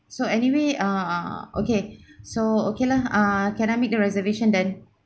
so anyway ah okay so okay lah ah can I make the reservation then